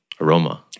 aroma